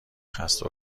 خسته